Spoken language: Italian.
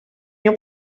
mio